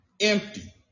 empty